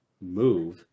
move